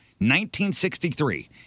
1963